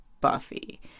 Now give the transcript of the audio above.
Buffy